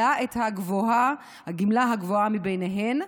אלא את הגמלה הגבוהה מביניהן.